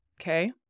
okay